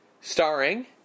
Starring